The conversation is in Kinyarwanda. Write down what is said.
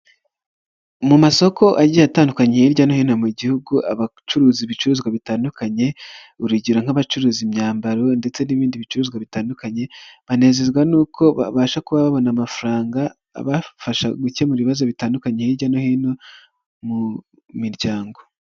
Mu masoko agiye atandukanye hirya no hino mu gihugu, abacuruza ibicuruzwa bitandukanye, urugero nk'abacuruza imyambaro ndetse n'ibindi bicuruzwa bitandukanye, banezezwa n'uko babasha kuba babona amafaranga, abafasha gukemura ibibazo bitandukanye, hirya no hino mu miryango.